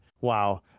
wow